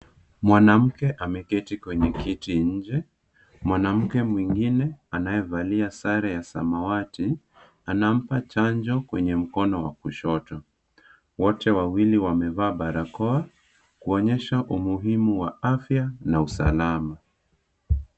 Mwanamke ameketi kwenye kiti nje, mwanamke mwingine anayevalia sare ya samawati anampa chanjo kwenye mkono wa kushoto. Wote wawili wamevaa barakoa, kuonyesha umuhimu wa afya na usalama.